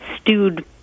stewed